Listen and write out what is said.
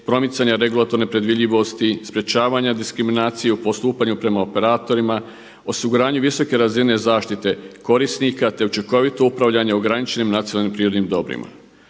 promicanja regulatorne predvidljivosti, sprječavanje diskriminacije u postupanju prema operatorima, osiguranje visoke razine zaštite korisnika, te učinkovito upravljanje ograničenim nacionalnim prirodnim dobrima.